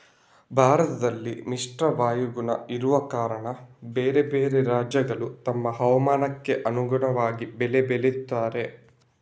ಭಾರತದಲ್ಲಿ ಮಿಶ್ರ ವಾಯುಗುಣ ಇರುವ ಕಾರಣ ಬೇರೆ ಬೇರೆ ರಾಜ್ಯಗಳು ತಮ್ಮ ಹವಾಮಾನಕ್ಕೆ ಅನುಗುಣವಾಗಿ ಬೆಳೆ ಬೆಳೀತಾರೆ